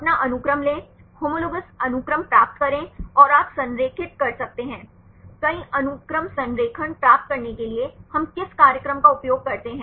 अपना अनुक्रम लें होमोलोगस अनुक्रम प्राप्त करें और आप संरेखित कर सकते हैं कई अनुक्रम संरेखण प्राप्त करने के लिए हम किस कार्यक्रम का उपयोग करते हैं